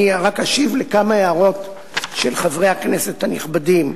רק אשיב על כמה הערות של חברי הכנסת הנכבדים.